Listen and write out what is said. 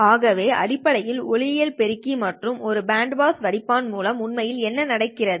ஆகவே அடிப்படையில் ஒளியியல் பெருக்கி மற்றும் ஒரு பேண்ட் பாஸ் வடிப்பான் மூலம் உண்மையில் என்ன நடக்கிறது